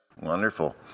Wonderful